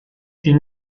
die